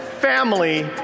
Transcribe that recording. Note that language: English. family